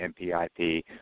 MPIP